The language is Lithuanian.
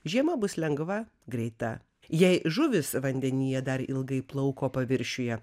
žiema bus lengva greita jei žuvys vandenyje dar ilgai plauko paviršiuje